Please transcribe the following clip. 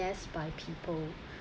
less by people